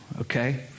Okay